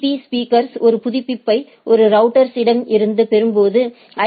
பீ speakers ஒரு புதுப்பிப்பை ஒரு ரவுட்டர் இடம் இருந்த பெறும்போது ஐ